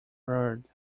heard